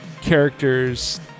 characters